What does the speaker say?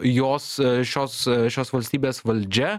jos šios šios valstybės valdžia